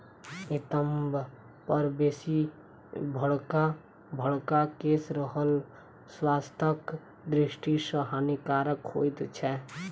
नितंब पर बेसी बड़का बड़का केश रहब स्वास्थ्यक दृष्टि सॅ हानिकारक होइत छै